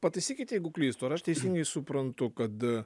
pataisykit jeigu klystu ar aš teisingai suprantu kad